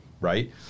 Right